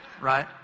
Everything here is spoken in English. Right